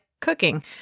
cooking